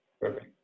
Perfect